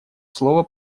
слово